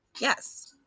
Yes